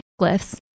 glyphs